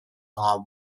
are